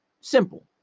Simple